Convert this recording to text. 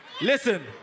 Listen